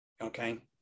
Okay